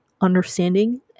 understanding